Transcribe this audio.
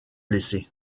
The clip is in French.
blessée